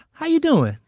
how you doin'?